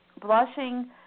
Blushing